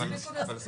אני לא אמרתי את זה,